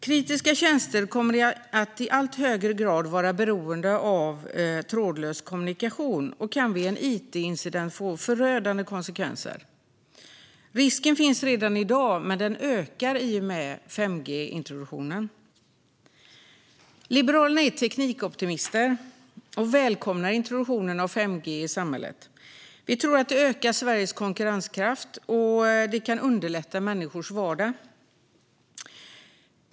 Kritiska tjänster kommer i allt högre grad att vara beroende av trådlös kommunikation, och därför kan en it-incident få förödande konsekvenser. Risken finns redan i dag, men den ökar i och med 5G-introduktionen. Liberalerna är teknikoptimister och välkomnar introduktionen av 5G i samhället. Vi tror att det ökar Sveriges konkurrenskraft och kan underlätta människors vardag.